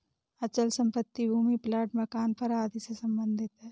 अचल संपत्ति भूमि प्लाट मकान घर आदि से सम्बंधित है